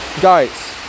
guys